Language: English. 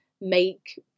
make